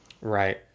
Right